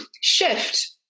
shift